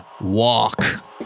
walk